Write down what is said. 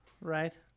Right